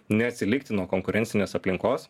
neatsilikti nuo konkurencinės aplinkos